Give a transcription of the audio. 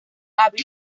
hábil